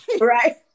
right